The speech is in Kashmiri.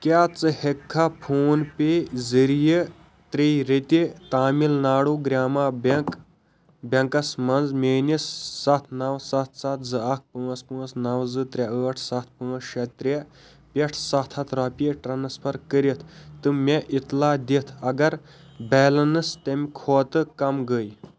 کیٛاہ ژٕ ہٮ۪ککھا فون پے ذریعہ ترٛیٚیہِ ریٚتہِ تامِل ناڈوٗ گرٛاما بٮ۪نٛک بٮ۪نٛکَس منٛز میٛٲنِس سَتھ نَو سَتھ سَتھ زٕ اَکھ پانٛژھ پانٛژھ نَو زٕ ترٛےٚ ٲٹھ سَتھ پانٛژھ شےٚ ترٛےٚ پٮ۪ٹھ سَتھ ہَتھ رۄپیہِ ٹرٛانسفَر کٔرِتھ تہٕ مےٚ اطلاع دِتھ اَگر بیلَنٕس تَمہِ کھۄتہٕ کَم گٔے